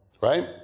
Right